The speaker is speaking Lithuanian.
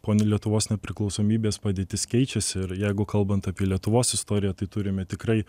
po lietuvos nepriklausomybės padėtis keičiasi ir jeigu kalbant apie lietuvos istoriją tai turime tikrai